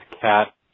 cat